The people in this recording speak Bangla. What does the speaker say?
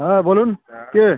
হ্যাঁ বলুন কে